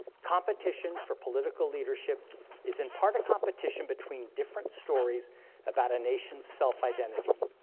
competition for political leadership is in part a competition between different stories about a nation's self-identity,